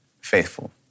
faithful